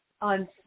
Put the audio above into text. on